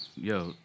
yo